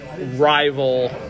Rival